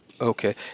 Okay